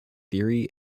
theory